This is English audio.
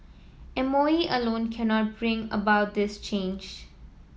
M O E alone cannot bring about this change